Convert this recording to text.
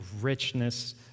richness